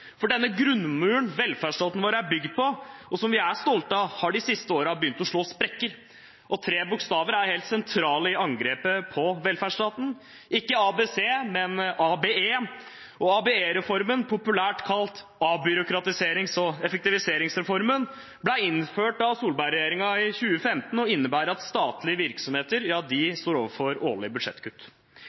For den grunnmuren velferdsstaten vår er bygd på, og som er vi stolte av, har de siste årene begynt å slå sprekker, og tre bokstaver er helt sentrale i angrepet på velferdsstaten: ikke ABC, men ABE. ABE-reformen, populært kalt avbyråkratiserings- og effektiviseringsreformen, ble innført av Solberg-regjeringen i 2015 og innebærer at statlige virksomheter står overfor årlige budsjettkutt.